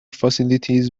facilities